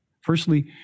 Firstly